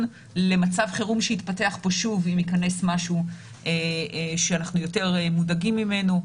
למצב חירום שיתפתח פה שוב אם ייכנס משהו שאנחנו יותר מודאגים ממנו,